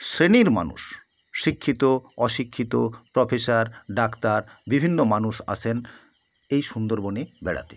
শ্রেণির মানুষ শিক্ষিত অশিক্ষিত প্রফেসর ডাক্তার বিভিন্ন মানুষ আসেন এই সুন্দরবনে বেড়াতে